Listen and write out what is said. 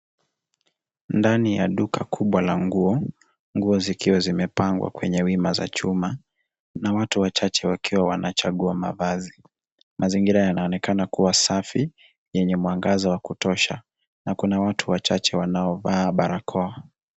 Ndani ya duka kubwa la nguo. Nguo zikiwa zimepangwa kwenye wima za chuma na watu wachache wakiwa wanachagua mavazi. Mazingira yanonekana kuwa safi yenye mwangaza wa kutosha na watu wachache wanaovaa barakoa.